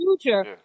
future